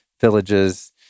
villages